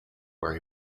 where